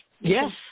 Yes